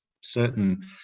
certain